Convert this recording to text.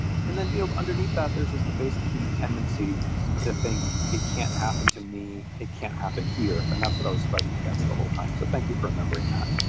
and then you know underneath that, there's just the basic human tendency to think it can't happen to me. it can't happen here. and that's what i was fighting against the whole time. so thank you for remembering that.